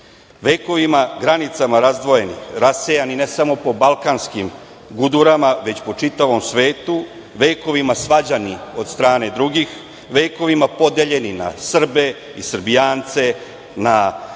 vekovima i granicama razdvojeni, rasejani, ne samo po balkanskim gudurama već po čitavom svetu, vekovima svađani od strane drugih, vekovima podeljeni na Srbe, Srbijance, na